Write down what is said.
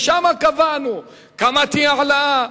ושם קבענו כמה תהיה ההעלאה,